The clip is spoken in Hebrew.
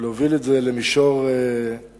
להוביל את זה למישור פוליטי,